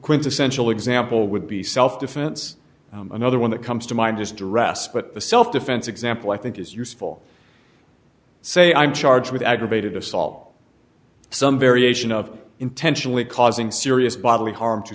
quintessential example would be self defense another one that comes to mind is to rest but the self defense example i think is useful say i'm charged with aggravated assault some variation of intentionally causing serious